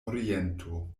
oriento